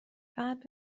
فقط